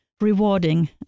rewarding